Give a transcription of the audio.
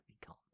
become